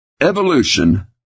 Evolution